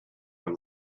from